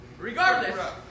Regardless